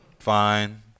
fine